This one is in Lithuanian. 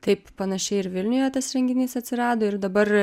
taip panašiai ir vilniuje tas renginys atsirado ir dabar